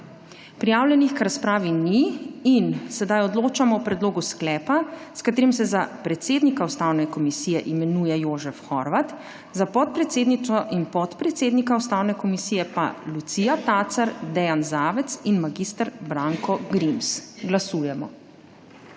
Prijavljenih k razpravi ni. Odločamo o predlogu sklepa, s katerim se za predsednika Ustavne komisije imenuje Jožefa Horvata, za podpredsednico in podpredsednika Ustavne komisije pa Lucijo Tacer, Dejana Zavca in mag. Branka Grimsa. Glasujemo.